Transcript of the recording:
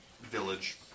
village